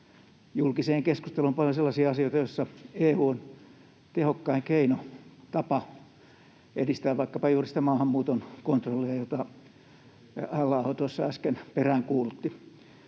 julkiseen keskusteluun paljon sellaisia asioita, joissa EU on tehokkain keino, tapa edistää vaikkapa juuri sitä maahanmuuton kontrollia, jota Halla-aho äsken peräänkuulutti.